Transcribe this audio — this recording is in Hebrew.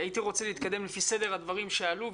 הייתי רוצה להתקדם לפי סדר הדברים שעלו,